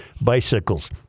bicycles